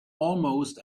almost